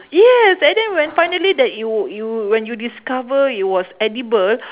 yes and then when finally that you you when you discover it was edible